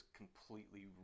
completely